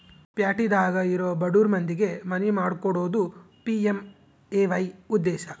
ಪ್ಯಾಟಿದಾಗ ಇರೊ ಬಡುರ್ ಮಂದಿಗೆ ಮನಿ ಮಾಡ್ಕೊಕೊಡೋದು ಪಿ.ಎಮ್.ಎ.ವೈ ಉದ್ದೇಶ